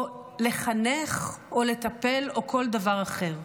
או לחנך, או לטפל, או כל דבר אחר.